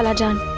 ah done